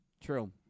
true